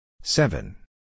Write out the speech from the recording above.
Seven